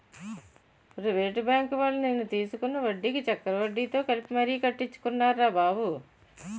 private బాంకువాళ్ళు నేను తీసుకున్న వడ్డీకి చక్రవడ్డీతో కలిపి మరీ కట్టించుకున్నారురా బాబు